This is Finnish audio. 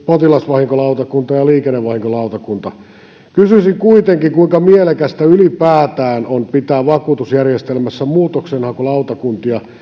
potilasvahinkolautakunta ja liikennevahinkolautakunta kysyisin kuitenkin kuinka mielekästä ylipäätään on pitää vakuutusjärjestelmässä muutoksenhakulautakuntia